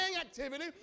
activity